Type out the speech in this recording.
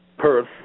Perth